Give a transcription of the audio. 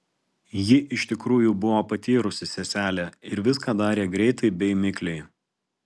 ji iš tikrųjų buvo patyrusi seselė ir viską darė greitai bei mikliai